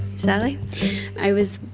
shall i? i was